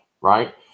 Right